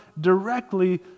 directly